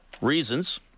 reasons